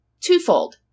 twofold